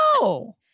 No